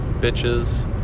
bitches